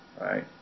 right